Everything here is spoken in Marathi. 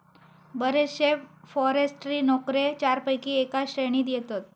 बरेचशे फॉरेस्ट्री नोकरे चारपैकी एका श्रेणीत येतत